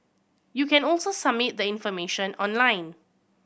you can also submit the information online